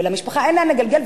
ולמשפחה אין לאן לגלגל,